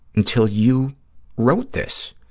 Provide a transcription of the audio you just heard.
until you wrote this,